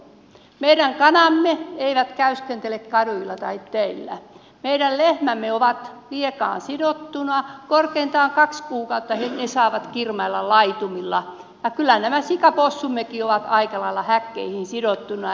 meidän kanamme eivät käyskentele kaduilla tai teillä meidän lehmämme ovat liekaan sidottuina korkeintaan kaksi kuukautta ne saavat kirmailla laitumilla ja kyllä nämä sikapossummekin ovat aika lailla häkkeihin sidottuina